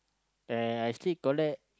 and I still collect